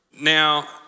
Now